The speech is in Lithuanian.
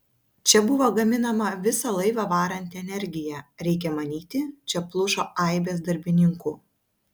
čia buvo gaminama visą laivą varanti energija reikia manyti čia plušo aibės darbininkų